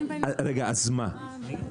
אז מה?